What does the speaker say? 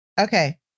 Okay